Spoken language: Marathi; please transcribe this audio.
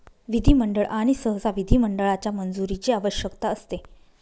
विधिमंडळ आणि सहसा विधिमंडळाच्या मंजुरीची आवश्यकता असते